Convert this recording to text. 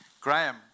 Graham